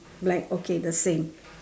blank okay the same